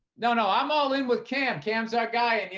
no, no, i'm all in with cam cam, so our guy and, you